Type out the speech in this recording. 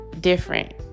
different